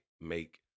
make